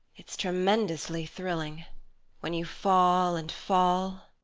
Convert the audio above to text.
it's tremendously thrilling when you fall and fall